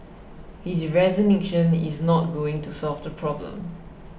his resignation is not going to solve the problem